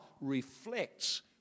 reflects